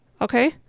Okay